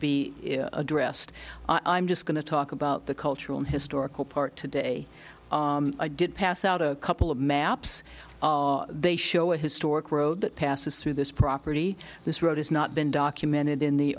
be addressed i'm just going to talk about the cultural historical part today i did pass out a couple of maps they show a historic road that passes through this property this road has not been documented in the